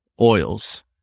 oils